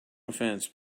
offense